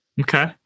Okay